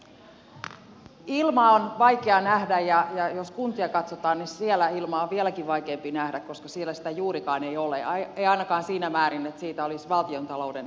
ilmaa on vaikea nähdä ja jos kuntia katsotaan niin siellä ilmaa on vielä vaikeampi nähdä koska siellä sitä juurikaan ei ole ei ainakaan siinä määrin että siitä olisi valtiontalouden pelastajaksi